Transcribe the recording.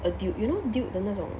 a dude you know dude 的那种